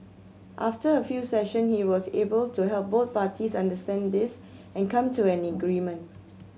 after a few session he was able to help both parties understand this and come to an agreement